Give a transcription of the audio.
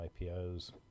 IPOs